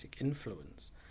influence